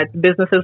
businesses